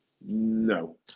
no